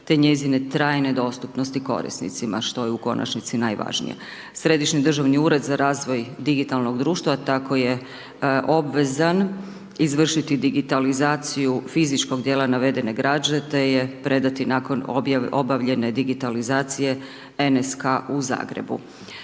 te njezine trajne dostupnosti korisnicima, što je u konačnici najvažnije. Središnji državni ured za razvoj digitalnog društva tako je obvezan izvršiti digitalizaciju fizičkog dijela navedene građe te je predati nakon obavljene digitalizacije NSK u Zagrebu